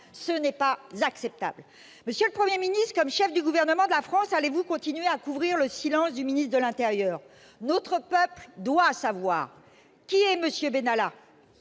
Ce n'est pas acceptable ! Monsieur le Premier ministre, comme chef du Gouvernement de la France, allez-vous continuer à couvrir le silence du ministre de l'intérieur ? Notre peuple doit savoir : qui est M. Benalla ?